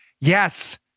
Yes